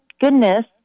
goodness